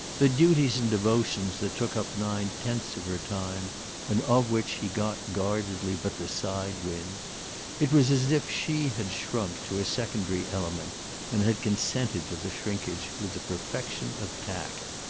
the duties and devotions that took up nine tenths of her time and of which he got, guardedly, but the side-wind it was as if she had shrunk to a secondary element and had consented to the shrinkage with the perfection of tact.